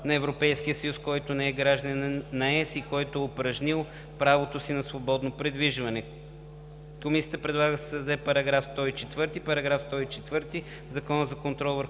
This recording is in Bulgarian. на гражданин на ЕС, който не е гражданин на ЕС и който е упражнил правото си на свободно придвижване.“ Комисията предлага да се създаде § 104: